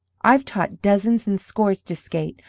i've taught dozens and scores to skate,